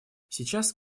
сейчас